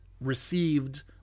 received